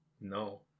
No